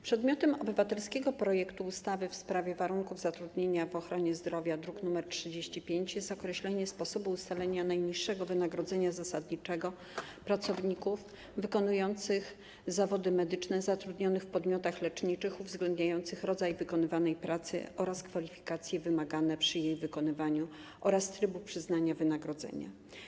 Przedmiotem obywatelskiego projektu ustawy w sprawie warunków zatrudnienia w ochronie zdrowia, druk nr 35, jest określenie sposobu ustalania najniższego wynagrodzenia zasadniczego pracowników wykonujących zawody medyczne zatrudnionych w podmiotach leczniczych z uwzględnieniem rodzaju wykonywanej pracy oraz kwalifikacji wymaganych przy jej wykonywaniu oraz trybu przyznawania wynagrodzenia.